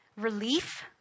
relief